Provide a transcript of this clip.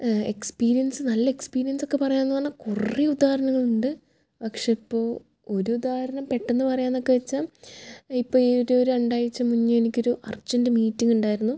experience നല്ല experience ഒക്കെ പറയാം എന്ന് പറഞ്ഞാൽ കുറേ ഉദാഹരണങ്ങളുണ്ട് പക്ഷേ ഇപ്പോൾ ഒരു ഉദാഹരണം പെട്ടെന്ന് പറയാന്നൊക്കെ വച്ചാൽ ഇപ്പോൾ ഈ ഒരു രണ്ടാഴ്ച്ച മുന്നേ എനിക്ക് ഒരു അർജൻ്റ് മീറ്റിങ്ങ് ഉണ്ടായിരുന്നു